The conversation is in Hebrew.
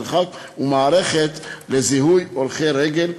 מערכת לזיהוי הולכי רגל,